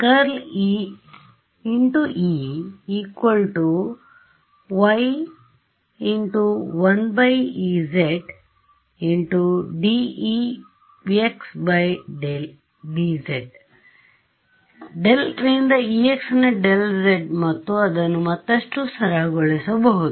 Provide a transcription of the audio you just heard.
∇e × E yˆ 1ez ∂Ex∂z del ರಿಂದ ex ನ del z ಮತ್ತು ಅದನ್ನು ಮತ್ತಷ್ಟು ಸರಳಗೊಳಿಸಬಹುದು